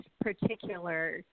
particular